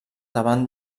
davant